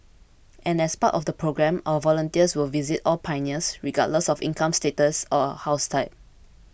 and as part of the programme our volunteers will visit all pioneers regardless of income status or house type